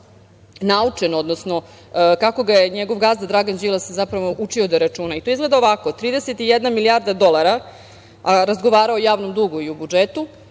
naučen, odnosno kako ga je njegov gazda Dragan Đilas zapravo učio da računa. To izgleda ovako: 31 milijarda dolara, a razgovara je o javnom dugu i o budžetu,